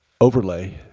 overlay